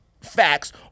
facts